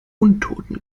untoten